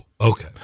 okay